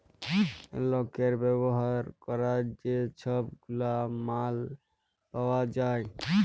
লকের ব্যাভার ক্যরার যে ছব গুলা মাল পাউয়া যায়